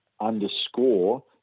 underscore